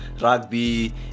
rugby